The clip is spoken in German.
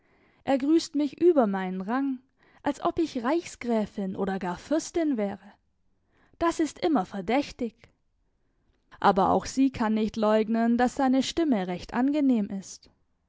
er grüßt mich über meinen rang als ob ich reichsgräfin oder gar fürstin wäre das ist immer verdächtig aber auch sie kann nicht leugnen daß seine stimme recht angenehm ist